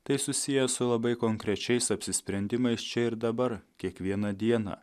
tai susiję su labai konkrečiais apsisprendimais čia ir dabar kiekvieną dieną